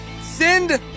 Send